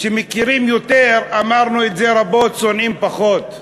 כשמכירים יותר, אמרנו את זה רבות, שונאים פחות.